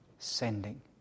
sending